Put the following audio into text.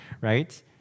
right